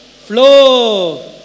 Flow